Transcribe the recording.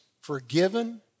forgiven